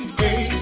Stay